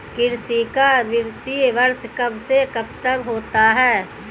कृषि का वित्तीय वर्ष कब से कब तक होता है?